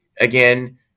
again